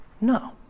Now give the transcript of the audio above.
No